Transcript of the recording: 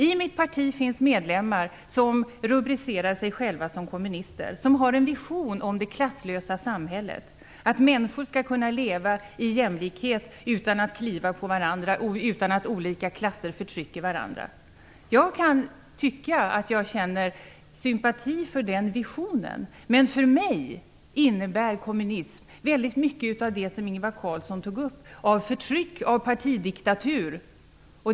I mitt parti finns medlemmar som rubricerar sig själva som kommunister. De har en vision om det klasslösa samhället, där människor skall kunna leva i jämlikhet utan att kliva på varandra och utan att olika klasser förtrycker varandra. Jag kan känna sympati för den visionen, men för mig innebär kommunism mycket av det som Ingvar Carlsson tog upp, t.ex. förtryck och partidiktatur.